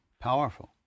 Powerful